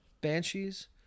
Banshees